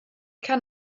kann